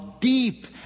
deep